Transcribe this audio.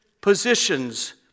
positions